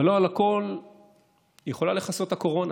אבל לא על הכול יכולה לכסות הקורונה.